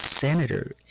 Senator